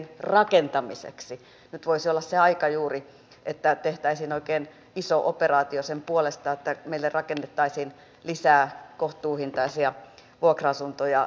nyt juuri voisi olla se aika että tehtäisiin oikein iso operaatio sen puolesta että meille rakennettaisiin lisää kohtuuhintaisia vuokra asuntoja